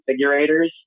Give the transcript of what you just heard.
configurators